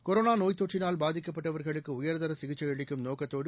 corona நோய்த் தொற்றினால் பாதிக்கப்பட்டவர்களுக்கு உயர்தர சிகிச்சை அளிக்கும் நோக்கத்தோடு